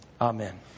Amen